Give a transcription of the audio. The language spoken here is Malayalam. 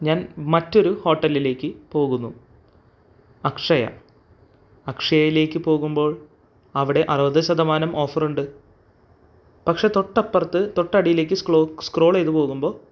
ഞാൻ മറ്റൊരു ഹോട്ടലിലേക്ക് പോകുന്നു അക്ഷയ അക്ഷയയിലേക്കു പോകുമ്പോൾ അവിടെ അറുപത് ശതമാനം ഓഫറുണ്ട് പക്ഷെ തൊട്ടപ്പുറത്ത് തൊട്ടടിയിലേക്ക് സ്ക്രോൾ ചെയ്ത് പോകുമ്പോൾ